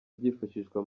byifashishwa